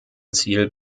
ziel